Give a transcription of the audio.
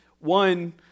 One